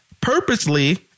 purposely